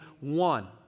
one